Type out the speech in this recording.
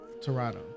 Toronto